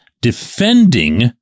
defending